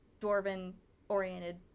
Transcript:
dwarven-oriented